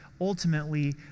ultimately